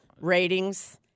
Ratings